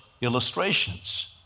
illustrations